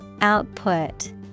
Output